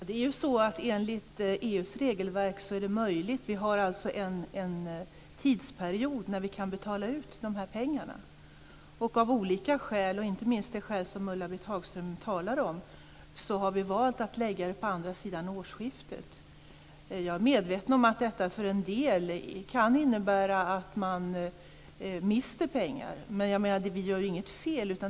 Herr talman! Enligt EU:s regelverk är detta möjligt. Vi har en tidsperiod när vi kan betala ut de här pengarna. Av olika skäl, inte minst av det skäl Ulla Britt Hagström talar om, har vi valt att lägga det på andra sidan årsskiftet. Jag är medveten om att detta för en del kan innebära att man mister pengar. Men vi gör inget fel.